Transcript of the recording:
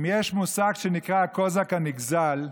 מושג שנקרא "הקוזק הנגזל"